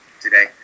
today